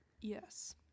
Yes